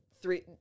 three